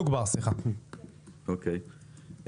אוקי,